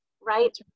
right